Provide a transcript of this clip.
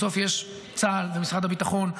בסוף יש צה"ל ומשרד הביטחון,